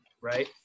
right